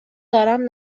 دارم